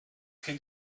can